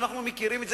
אנחנו מכירים את זה,